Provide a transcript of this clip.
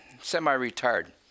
semi-retired